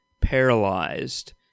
paralyzed